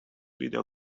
video